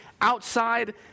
outside